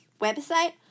website